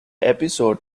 episode